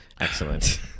Excellent